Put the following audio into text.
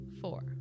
four